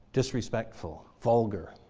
disrespectful, vulgar,